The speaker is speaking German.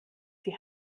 die